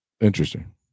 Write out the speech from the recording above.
Interesting